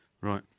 Right